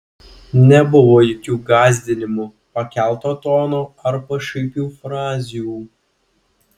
nebuvo jokių gąsdinimų pakelto tono ar pašaipių frazių